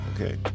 Okay